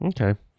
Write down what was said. Okay